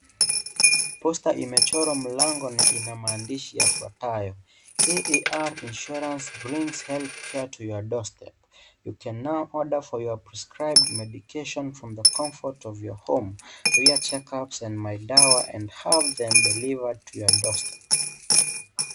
Posta imechora mlango na ina maandishi yafwatayo: AAR Insuarance brings care to your doorstep, you can now order for your prescribed medication from the comfort of your home, clear checkups on My dawa and have them delivered to your doorstep .